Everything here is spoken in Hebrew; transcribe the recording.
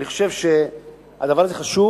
אני חושב שהדבר הזה חשוב.